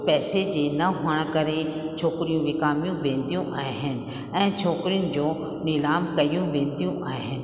पैसे जे न हुअण करे छोकिरियूं विकामियूं वेंदियूं आहिनि ऐं छोकिरियुनि जो नीलाम कयूं वेंदियूं आहिनि